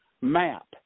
map